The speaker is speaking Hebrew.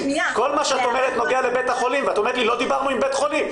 כל מה שאת אומרת נוגע לבית החולים ואת אומרת 'לא דיברנו עם בית חולים'.